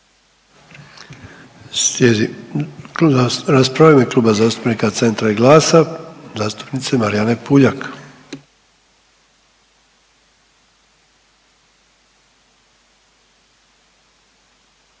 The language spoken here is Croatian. Slijedi rasprava u ime Kluba zastupnika Centra i GLAS-a zastupnice Marijane PUljak.